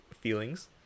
Feelings